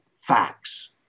facts